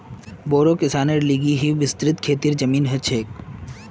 बोड़ो किसानेर लिगि येमं विस्तृत खेतीर जमीन ह छे